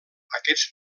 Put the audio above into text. aquests